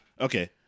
Okay